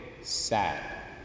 sad